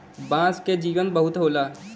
बांस के जीवन बहुत होला